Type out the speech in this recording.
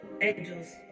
angels